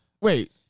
Wait